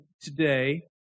today